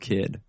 Kid